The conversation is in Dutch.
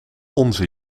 onze